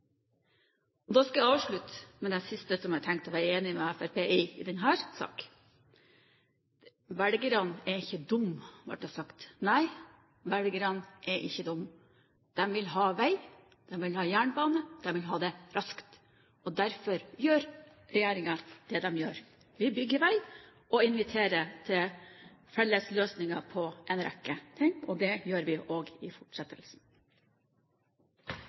ingen. Da skal jeg avslutte med det siste som jeg hadde tenkt å være enig med Fremskrittspartiet i i denne saken. Velgerne er ikke dumme, ble det sagt. Nei, velgerne er ikke dumme. De vil ha vei, de vil ha jernbane, og de vil ha det raskt. Derfor gjør regjeringen det de gjør: Vi bygger vei og inviterer til felles løsninger på en rekke områder, og det gjør vi også i fortsettelsen.